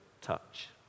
touch